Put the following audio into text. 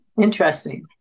interesting